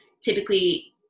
typically